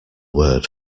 word